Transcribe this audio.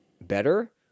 better